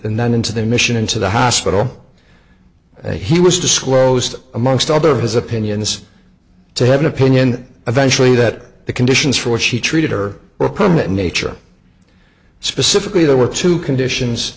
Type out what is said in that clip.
and then into their mission into the hospital and he was disclosed amongst other of his opinions to have an opinion eventually that the conditions for which he treated or were permit nature specifically there were two conditions